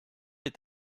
est